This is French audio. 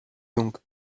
donc